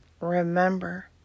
remember